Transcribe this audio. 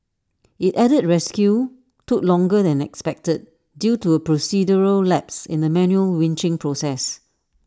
IT added rescue took longer than expected due to A procedural lapse in the manual winching process